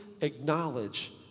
acknowledge